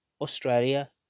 Australia